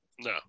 No